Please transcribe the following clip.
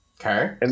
Okay